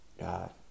God